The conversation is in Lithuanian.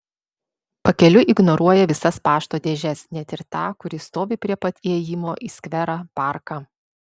pakeliui ignoruoja visas pašto dėžes net ir tą kuri stovi prie pat įėjimo į skverą parką